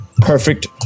Perfect